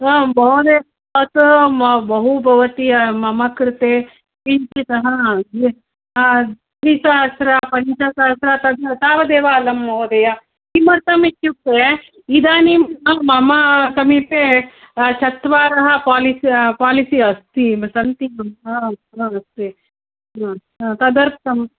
आम् महोदय् तत म बहु भवति मम कृते किञ्चित् द्विसहस्र पञ्चसहस्र तद् तावदेव अलं महोदय किमर्थमित्युक्ते इदानीं तु मम समीपे चत्वारः पालिस पालिसी अस्ति एव सन्ति अस्ति तदर्थं